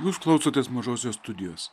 jūs klausotės mažosios studijos